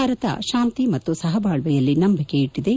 ಭಾರತ ಶಾಂತಿ ಮತ್ತು ಸಹಬಾಳ್ವೆಯಲ್ಲಿ ನಂಜಿಕೆಯಿಟ್ಟಿದೆ